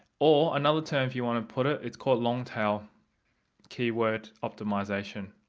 or, another term if you want to put it is called long tail keyword optimization